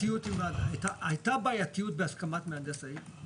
הייתה בעייתיות בהסכמת מהנדס העיר.